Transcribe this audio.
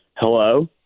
Hello